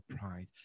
pride